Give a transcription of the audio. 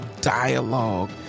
dialogue